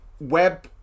web